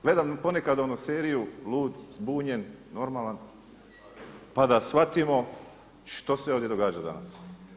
Gledam ponekad onu seriju lud, zbunjen, normalan pa da shvatimo što se ovdje događa danas.